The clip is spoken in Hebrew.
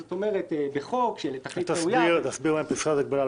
זאת אומרת בחוק שלתכלית ראויה --- תסביר להם את פסקת ההגבלה.